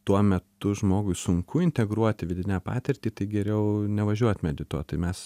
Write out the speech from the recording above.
tuo metu žmogui sunku integruoti vidinę patirtį tai geriau nevažiuot medituot tai mes